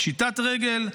פשיטת רגל,